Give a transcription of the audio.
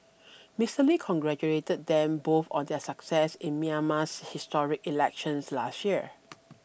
Mister Lee congratulated them both on their success in Myanmar's historic elections last year